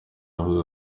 avuga